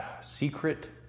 Secret